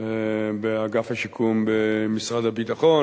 באגף השיקום במשרד הביטחון.